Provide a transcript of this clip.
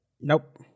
nope